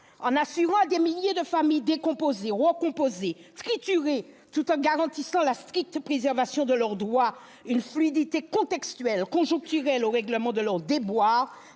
En assurant à des milliers de familles décomposées, recomposées, triturées, tout en garantissant la stricte préservation de leurs droits, une fluidité contextuelle, conjoncturelle au règlement de leurs déboires,